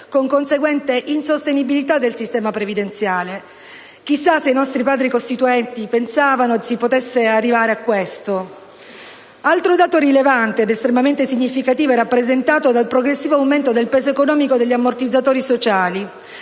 con conseguente insostenibilità del sistema previdenziale. Chissà se i nostri Padri costituenti pensavano si potesse arrivare a questo! Un altro dato rilevante ed estremamente significativo è rappresentato dal progressivo aumento del peso economico degli ammortizzatori sociali.